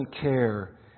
care